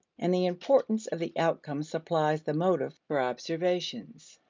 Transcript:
and the importance of the outcome supplies the motive for observations.